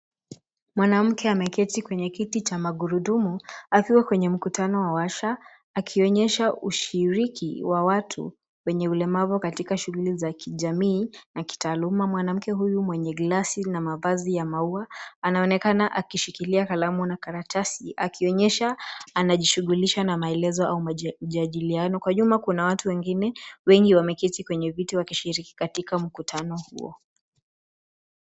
Mwanamke ameketi kwenye kiti cha magurudumu akiwa kwenye mkutano wa warsha akionyesha ushiriki wa watu wenye ulemavu katika shughuli za kijamii na kitaaluma. Mwanamke huyu mwenye glasi na mavazi ya maua anaonekana akishikilia kalamu na karatasi akionyesha anajishughulisha na maelezo au majadiliano. Kwa jumla kuna watu wengine wengi wameketi kwenye viti wakishiriki katika mkutano huo.